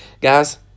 Guys